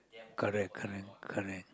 correct correct correct